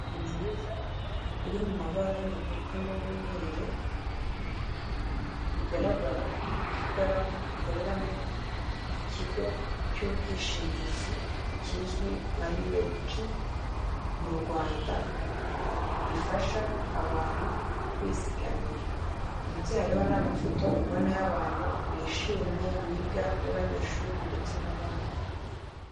Inzu nziza iri mu mabara y'umutuku n'umweru bigaragara ko ikora ikoreramo ikigo cy'ubwishingizi kizwi nka yu eyi pi mu rwanda, gifasha abantu kwizigamira ndetse hariho n'amafoto ubona y'abantu bishimye biga b'abanyeshuri ndetse n'abandi.